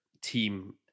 team